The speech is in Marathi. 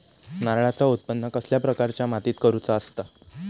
नारळाचा उत्त्पन कसल्या प्रकारच्या मातीत करूचा असता?